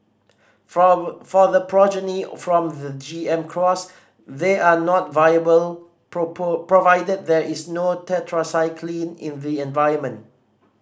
for the progeny from the G M cross they are not viable provided there is no tetracycline in the environment